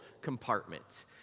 compartment